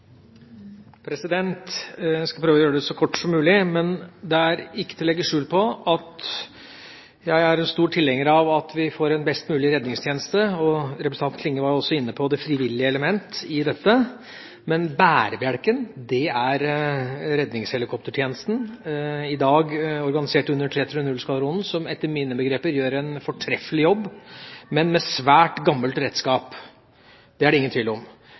Jeg skal prøve å gjøre det så kort som mulig, men det er ikke til å legge skjul på at jeg er en stor tilhenger av at vi får en best mulig redningstjeneste. Representanten Klinge var også inne på det frivillige element i dette, men bærebjelken er redningshelikoptertjenesten – i dag organisert under 330-skvadronen, som etter mine begreper gjør en fortreffelig jobb, men med svært gammel redskap. Det er det ingen tvil om.